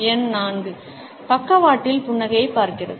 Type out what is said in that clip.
எண் 4 பக்கவாட்டில் புன்னகையைப் பார்க்கிறது